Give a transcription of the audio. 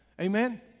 Amen